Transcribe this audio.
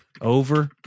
over